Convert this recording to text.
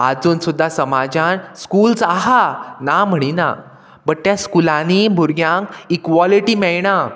आजून सुद्दां समाजान स्कुल्स आहा ना म्हणिना बट त्या स्कुलांनी भुरग्यांक इक्वॉलिटी मेयणा